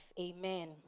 Amen